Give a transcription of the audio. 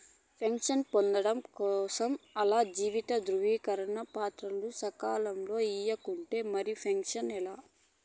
pension పొందడం కోసరం ఆల్ల జీవిత ధృవీకరన పత్రాలు సకాలంల ఇయ్యకుంటే మరిక పెన్సనే లా